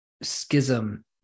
schism